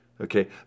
Okay